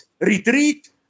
retreat